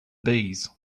bees